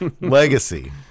Legacy